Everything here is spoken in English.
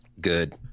Good